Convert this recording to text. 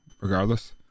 regardless